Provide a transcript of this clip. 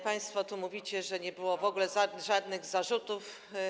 Państwo tu mówicie, że nie było w ogóle żadnych zarzutów.